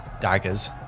daggers